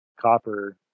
copper